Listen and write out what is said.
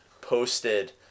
posted